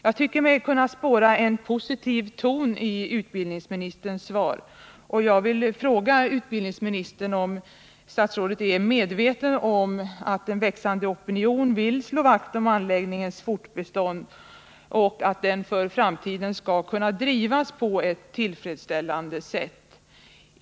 Jag tycker mig kunna spåra en positiv ton i utbildningsministerns svar, och jag vill fråga utbildningsministern om han har uppmärksammat att en växande opinion vill slå vakt om anläggningens fortbestånd och att den för framtiden skall kunna drivas på ett tillfredsställande sätt.